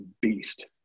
beast